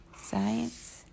science